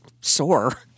sore